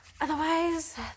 otherwise